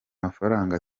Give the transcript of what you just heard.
mafaranga